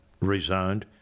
rezoned